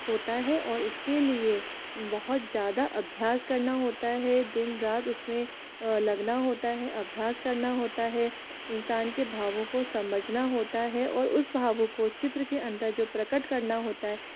होता है और इस के लिए बहुत ज़्यादा अभ्यास करना होता है दिन रात उस में लगना होता है अभ्यास करना होता है इंसान के भावों को समझना होता है और उस भावों को चित्र के अंदर जो प्रकट करना होता है